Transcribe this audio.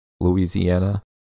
Louisiana